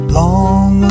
long